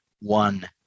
one